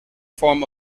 form